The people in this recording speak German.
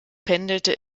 pendelte